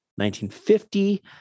1950